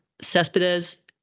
Cespedes